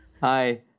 Hi